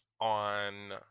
on